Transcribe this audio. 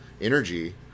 energy